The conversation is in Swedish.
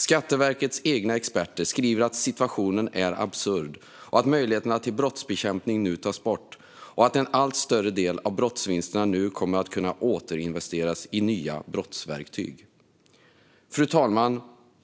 Skatteverkets egna experter skriver att situationen är absurd, att möjligheterna till brottsbekämpning nu tas bort och att en allt större del av brottsvinsterna kommer att kunna återinvesteras i nya brottsverktyg. Fru talman!